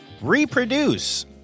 reproduce